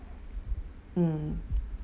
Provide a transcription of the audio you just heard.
mm